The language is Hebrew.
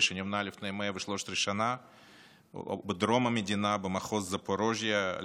שנבנה לפני 113 שנה בדרום המדינה במחוז זפוריז'יה.